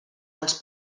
els